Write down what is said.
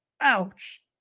Ouch